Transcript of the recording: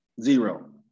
zero